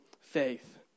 faith